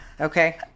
okay